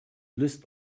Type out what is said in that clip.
list